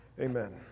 Amen